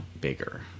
bigger